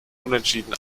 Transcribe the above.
unterschieden